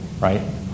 right